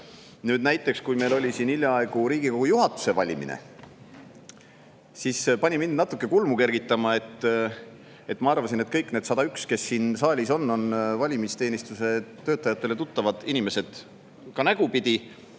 vaadata. Meil oli siin hiljaaegu Riigikogu juhatuse valimine ja see pani mind natuke kulmu kergitama. Ma arvasin, et kõik need 101, kes siin saalis on, on valimisteenistuse töötajatele tuttavad inimesed ka nägupidi.